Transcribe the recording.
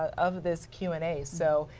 of this human day so,